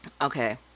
Okay